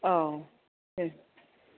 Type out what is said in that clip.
औ दे